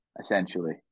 essentially